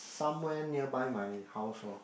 somewhere nearby my house hor